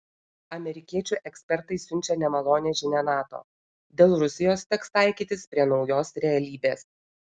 amerikiečių ekspertai siunčia nemalonią žinią nato dėl rusijos teks taikytis prie naujos realybės